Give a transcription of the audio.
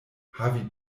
havi